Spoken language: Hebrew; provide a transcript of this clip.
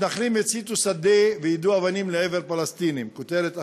"מתנחלים הציתו שדה ויידו אבנים לעבר פלסטינים" כותרת אחרת.